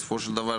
בסופו של דבר,